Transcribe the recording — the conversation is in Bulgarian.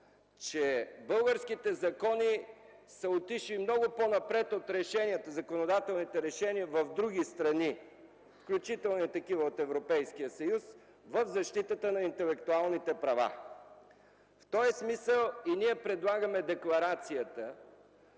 че българските закони са отишли много по-напред от законодателните решения в други страни, включително и такива от Европейския съюз, в защитата на интелектуалните права. В този смисъл ние предлагаме декларацията